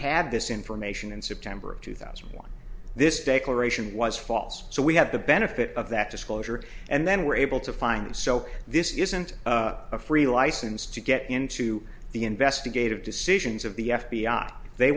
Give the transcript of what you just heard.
had this information in september of two thousand and one this declaration was false so we had the benefit of that disclosure and then were able to find it so this isn't a free license to get into the investigative decisions of the f b i they